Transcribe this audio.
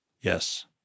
yes